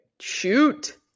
shoot